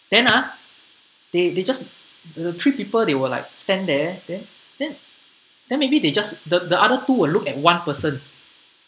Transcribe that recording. then ah they they just uh three people they were like stand there then then then maybe they just the the other two will look at one person